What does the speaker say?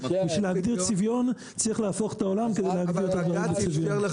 כדי להגדיר צביון צריך להפוך את העולם כדי להגדיר את הדברים בצביון.